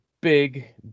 big